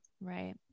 Right